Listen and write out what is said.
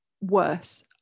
worse